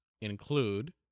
include